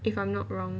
if I'm not wrong